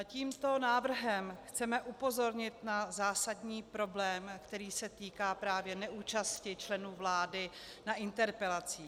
Tímto návrhem chceme upozornit na zásadní problém, který se týká neúčasti členů vlády na interpelacích.